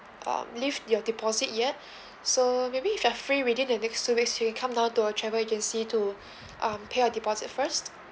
um leave your deposit yet so maybe if you're free within the next two weeks to come down to our travel agency to um pay a deposit first